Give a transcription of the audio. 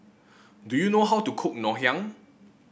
do you know how to cook Ngoh Hiang